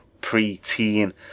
pre-teen